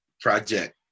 project